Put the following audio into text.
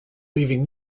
leaving